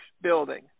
building